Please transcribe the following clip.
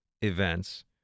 events